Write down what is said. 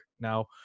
now